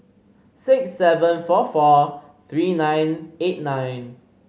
six seven four four three nine eight nine